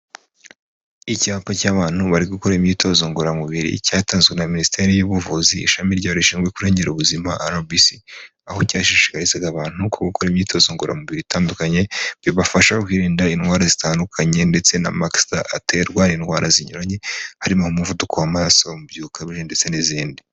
Icyapa cy'abantu bari gukora imyitozo ngororamubiri cyatanzwe na Minisiteri y'ubuvuzi ishami ryayo rishinzwe kurengera ubuzima RBC, aho cyashishikarizaga abantu gukora imyitozo ngoramubiri itandukanye, bibafasha kwirinda indwara zitandukanye ndetse n'amagisida atera indwara zinyuranye harimo umuvuduko w'amaraso, umubyibuho ukabije ndetse n'izindi.